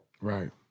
Right